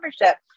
membership